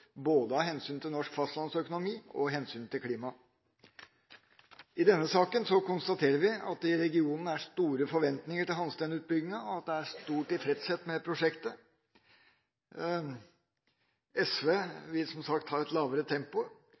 både av hensyn til norsk fastlandsøkonomi og til klimaet. I denne saken konstaterer vi at det i regionen er store forventninger til Aasta Hansteen-utbygginga, og at det er stor tilfredshet med prosjektet. SV vil som sagt ha et lavere tempo,